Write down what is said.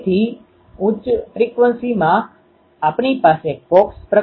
તે પહેલાં તમે જોશો કે ડાયપોલ સૂત્રમાં આપણી પાસે fθ છે